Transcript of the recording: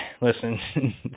Listen